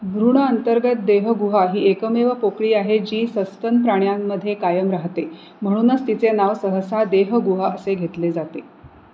भ्रूण अंतर्गत देहगुहा ही एकमेव पोकळी आहे जी सस्तन प्राण्यांमध्ये कायम राहते म्हणूनच तिचे नाव सहसा देहगुहा असे घेतले जाते